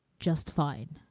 justified